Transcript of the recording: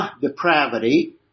depravity